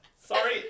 sorry